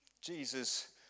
Jesus